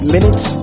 minutes